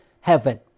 heaven